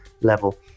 level